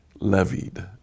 levied